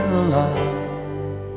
alive